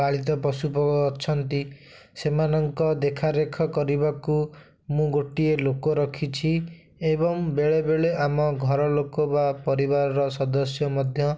ପାଳିତ ପଶୁ ଅଛନ୍ତି ସେମାନଙ୍କ ଦେଖରେଖ କରିବାକୁ ମୁଁ ଗୋଟିଏ ଲୋକ ରଖିଛି ଏବଂ ବେଳେବେଳେ ଆମ ଘରଲୋକ ବା ପରିବାରର ସଦସ୍ୟ ମଧ୍ୟ